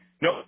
no